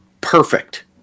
perfect